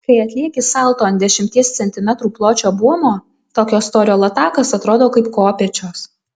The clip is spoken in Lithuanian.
kai atlieki salto ant dešimties centimetrų pločio buomo tokio storio latakas atrodo kaip kopėčios